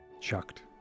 chucked